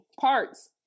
parts